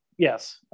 Yes